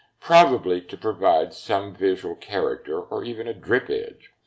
probably to provide some visual character or even a drip edge.